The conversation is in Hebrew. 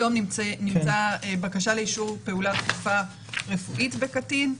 היום נמצא בקשה לאישור פעולה דחופה רפואית בקטין.